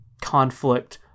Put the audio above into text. conflict